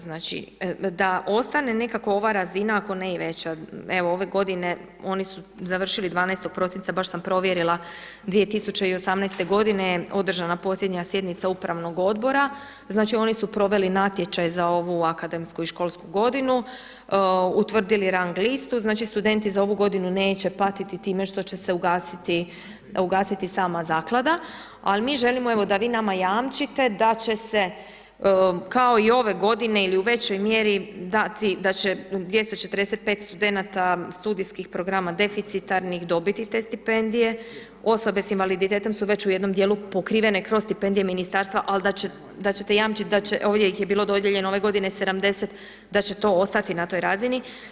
Znači, da ostane nekako ova razina, ako ne i veća, evo ove godine oni su završili 12. prosinca, baš sam provjerila, 2018. godine je održana posljednja sjednica upravnog odbora, znački oni su proveli natječaj za akademsku i školsku godinu, utvrdili rang listu, znači studenti za ovu godinu neće patiti time što će se ugasiti, ugasiti sama zaklada, ali mi želimo da vi nama jamčite da će se kao i ove godine ili u većoj mjeri dati da će 245 studenata studijskih programa deficitarnih dobiti te stipendije, osobe s invaliditetom su već u jednom dijelu pokrivene kroz stipendije ministarstva al da ćete jamčit da će, ovdje ih je bilo dodijeljeno ove godine 70 da će to ostati na toj razini.